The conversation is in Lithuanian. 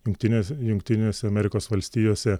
jungtinės jungtinėse amerikos valstijose